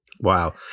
Wow